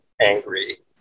angry